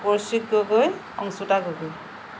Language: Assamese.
অচ্যুত গগৈ অংশুতা গগৈ